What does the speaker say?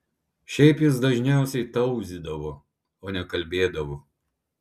šiaip jis dažniausiai tauzydavo o ne kalbėdavo